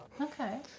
okay